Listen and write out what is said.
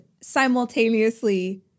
simultaneously